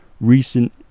recent